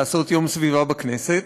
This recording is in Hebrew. לעשות יום סביבה בכנסת.